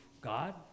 God